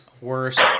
worse